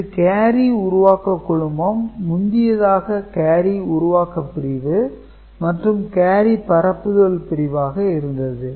இது கேரி உருவாக்க குழுமம் முந்தியதாக கேரி உருவாக்க பிரிவு மற்றும் கேரி பரப்புதல் பிரிவாக இருந்தது